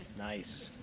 nice.